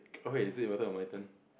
okay is it your turn or my turn